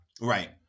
Right